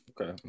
Okay